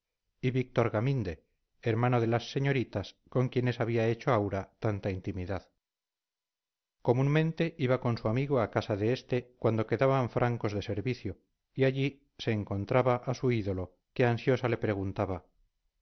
y víctor gaminde hermano de las señoritas con quienes había hecho aura tanta intimidad comúnmente iba con su amigo a casa de este cuando quedaban francos de servicio y allí se encontraba a su ídolo que ansiosa le preguntaba